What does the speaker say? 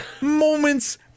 moments